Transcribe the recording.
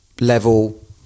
level